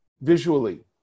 visually